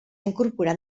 incorporat